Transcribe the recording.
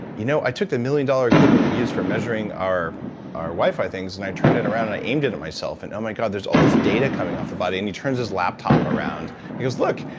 you know i took the million-dollar equipment we use for measuring our our wi-fi things, and i turned it around, and i aimed it at myself, and oh my god, there's all this data coming off the body. and he turns his laptop around, and he goes, look.